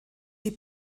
die